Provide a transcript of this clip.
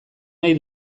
nahi